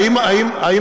תכף יהיה שר הבריאות,